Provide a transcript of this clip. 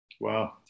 Wow